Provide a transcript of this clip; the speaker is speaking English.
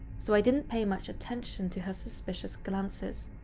so i didn't pay much attention to her suspicious glances.